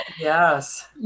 Yes